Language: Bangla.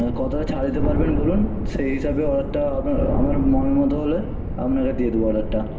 কতটা ছাড় দিতে পারবেন বলুন সেই হিসাবে অর্ডারটা আপনার আমার মন মতো হলে আপনাকে দিয়ে দেব অর্ডারটা